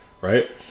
right